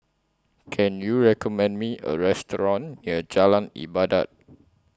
Can YOU recommend Me A Restaurant near Jalan Ibadat